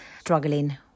struggling